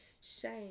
shame